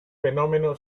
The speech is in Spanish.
fenómeno